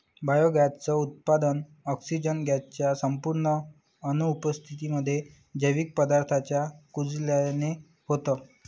biogas च उत्पादन, oxygen gas च्या संपूर्ण अनुपस्थितीमध्ये, जैविक पदार्थांच्या कुजल्याने होतं